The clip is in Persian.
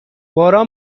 باران